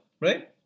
right